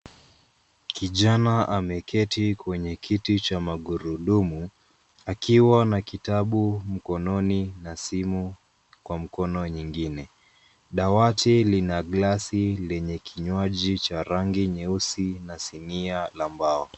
Kijana ameketi kwenye kiti cha magurudumu akiwa na kitabu mkononi na simu kwa mkono nyingine. Dawati lina glasi lenye kinywaji cha rangi nyeusi na sinia la mbao.